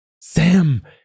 Sam